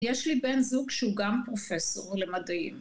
יש לי בן זוג שהוא גם פרופסור למדעים.